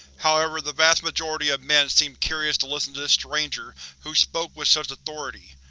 however, the vast majority of men seemed curious to listen to this stranger who spoke with such authority.